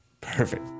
Perfect